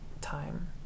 time